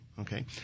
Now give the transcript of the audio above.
okay